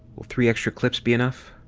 will three extra clips be enough?